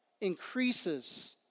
increases